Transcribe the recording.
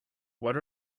what